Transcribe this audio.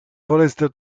foreste